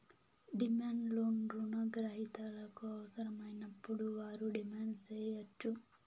demand loan రుణ గ్రహీతలకు అవసరమైనప్పుడు వారు డిమాండ్ సేయచ్చు